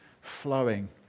flowing